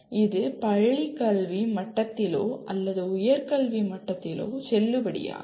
இது பள்ளி கல்வி மட்டத்திலோ அல்லது உயர் கல்வி மட்டத்திலோ செல்லுபடியாகும்